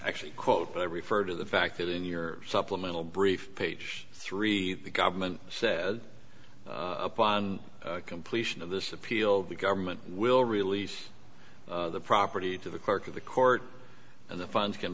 actually quote but i referred to the fact that in your supplemental brief page three the government says upon completion of this appeal the government will release the property to the clerk of the court and the funds can